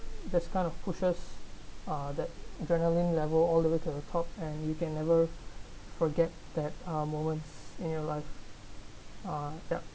this kind of pushes uh the adrenaline level all the way to the top and you can never forget that uh moments in your life